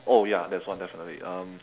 oh ya there's one definitely um